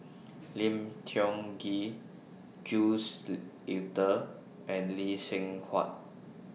Lim Tiong Ghee Jules Itier and Lee Seng Huat